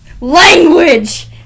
Language